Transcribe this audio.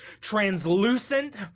translucent